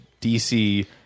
DC